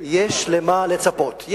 יש למה לצפות.